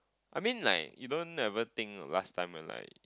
I mean like you don't never think last time we're like